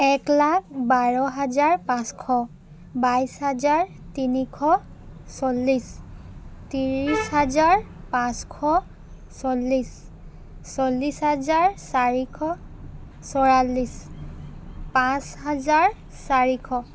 এক লাখ বাৰ হাজাৰ পাঁচশ বাইছ হাজাৰ তিনিশ চল্লিছ ত্ৰিছ হাজাৰ পাঁচশ চল্লিছ চল্লিছ হাজাৰ চাৰিশ চৌৰাল্লিছ পাঁচ হাজাৰ চাৰিশ